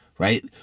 Right